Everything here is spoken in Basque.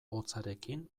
hotzarekin